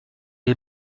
est